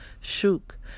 shook